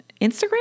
Instagram